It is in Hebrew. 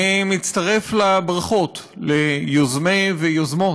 אני מצטרף לברכות ליוזמי ויוזמות,